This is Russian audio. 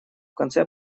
конце